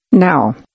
Now